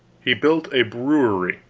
he built a brewery.